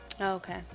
Okay